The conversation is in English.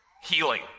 Healing